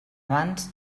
abans